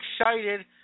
excited